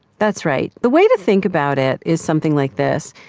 that's right. the way to think about it is something like this.